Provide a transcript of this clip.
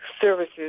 services